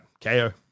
KO